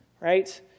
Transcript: right